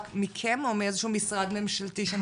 רק מכם או מאיזשהו משרד ממשלתי?